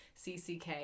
CCK